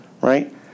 right